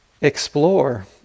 explore